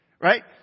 Right